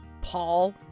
Paul